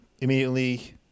immediately